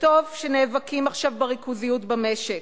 טוב שנאבקים עכשיו בריכוזיות במשק,